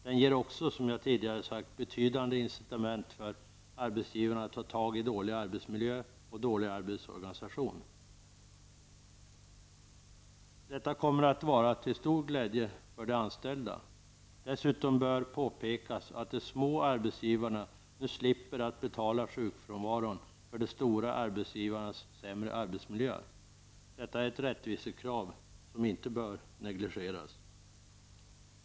Den ger också, som jag tidigare sagt, betydande incitament för arbetsgivarna att ta tag i dålig arbetsmiljö och dålig arbetsorganisation. Detta kommer att vara till stor glädje för de anställda. Dessutom bör påpekas att de små arbetsgivarna nu slipper att betala sjukfrånvaron för de stora arbetsgivarnas sämre arbetsmiljö. Detta är ett rättvisekrav som inte bör negligeras.